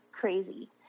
crazy